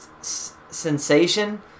sensation